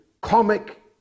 comic